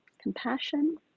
Compassion